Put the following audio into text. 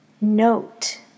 Note